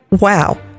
Wow